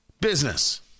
business